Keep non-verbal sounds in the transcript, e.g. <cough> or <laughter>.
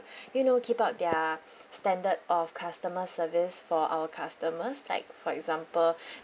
<breath> you know keep up their standard of customer service for our customers like for example <breath>